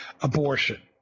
abortion